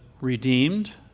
redeemed